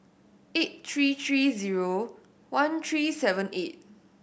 eight three three zero one three seven eight